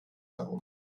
darum